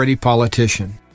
politician